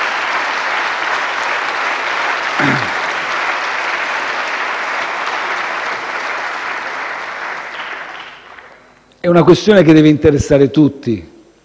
È una questione che deve interessare tutti,